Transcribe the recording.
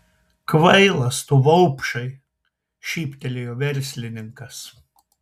kvailas tu vaupšai šyptelėjo verslininkas